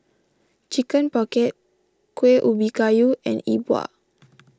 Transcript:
Chicken Pocket Kueh Ubi Kayu and E Bua